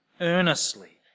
earnestly